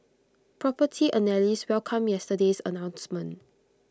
Property Analysts welcomed yesterday's announcement